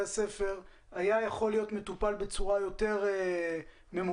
הספר היה יכול להיות מטופל בצורה יותר ממוקדת,